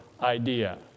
idea